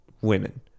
women